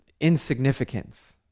insignificance